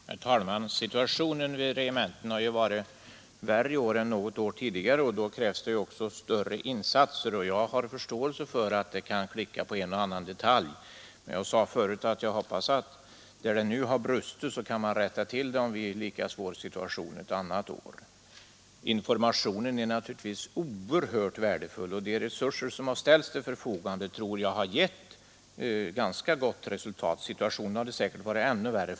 Herr talman! Situationen vid regementena har i år varit värre än något år tidigare, och då krävs det också större insatser. Jag har förståelse för att en och annan detalj kan klicka. Men som jag förut sade hoppas jag att man skall rätta till det som nu har brustit om vi får en lika svår situation ett annat år. Informationen är oerhört värdefull, och de resurser som ställts till förfogande tror jag har gett ganska gott resultat — situationen hade säkerligen annars varit ännu värre.